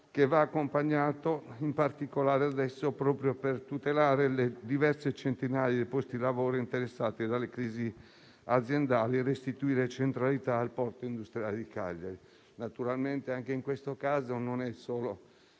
che va accompagnato, in particolare adesso, proprio per tutelare le diverse centinaia di posti di lavoro interessati dalle crisi aziendali e restituire centralità al porto industriale di Cagliari. Naturalmente, su questo tema, non c'è solo